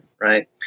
right